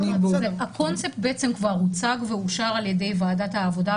הקונספט כבר הוצג ואושר על ידי ועדת העבודה,